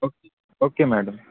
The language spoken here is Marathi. okay okay madam